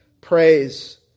praise